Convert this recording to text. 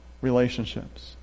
relationships